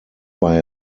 bei